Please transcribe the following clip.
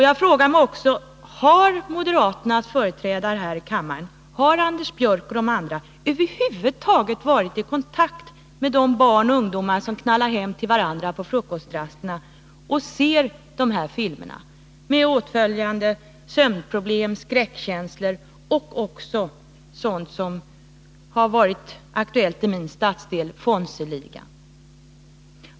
Jag frågar mig också: Har moderaternas företrädare här i kammaren — Anders Björck och de andra — över huvud taget varit i kontakt med de barn och ungdomar som knallar hem till varandra på frukostrasterna och ser dessa filmer, med åtföljande sömnproblem, skräckkänslor och även sådant som varit aktuellt i min stadsdel, nämligen Fonzieligan?